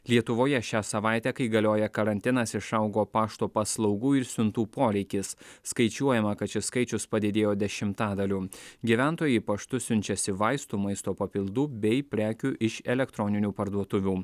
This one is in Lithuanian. lietuvoje šią savaitę kai galioja karantinas išaugo pašto paslaugų ir siuntų poreikis skaičiuojama kad šis skaičius padidėjo dešimtadaliu gyventojai paštu siunčiasi vaistų maisto papildų bei prekių iš elektroninių parduotuvių